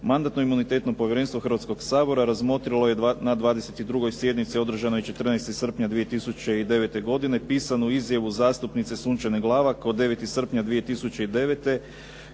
Mandatno-imunitetno povjerenstvo Hrvatskoga sabora razmotrilo je na 22. sjednici održanoj 14. srpnja 2009. godine pisanu izjavu zastupnice Sunčane Glavak od 9. srpnja 2009. kojom